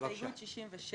הסתייגות 67: